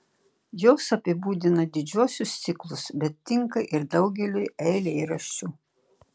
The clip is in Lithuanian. jos apibūdina didžiuosius ciklus bet tinka ir daugeliui eilėraščių